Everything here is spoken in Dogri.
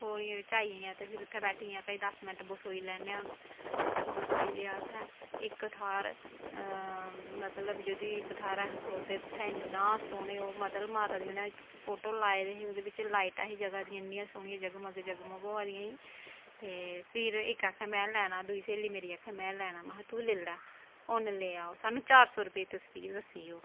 पौड़ियें बिच्च आई गेइयां ते आखन लगियां दस मैंट बसोई लैन्नी आं हून बसोई लेआ उत्थें इक थाह्र मतलब जेह्ड़े इक थाह्र अस खड़ोते इन्नी सोह्नी ओह् मतलब माता दी उनें फोटो लाए दे ओह्दे बिच्च लाइटां हियां जगा दियां इन्नियां सोह्नियां जगमग जगमग होआ दियां हां ते फिर इक स्हेली मेरी आक्खै में लैना दुई स्हेली मेरी आक्खै में लैना महां तूं लेई लै उन्न लेआ ओह् सानूं चार सौ रपेऽ तसवीर दस्सी ओह्